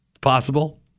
possible